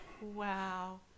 Wow